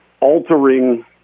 altering